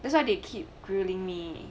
that's why they keep grueling me leh